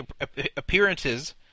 appearances